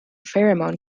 pheromone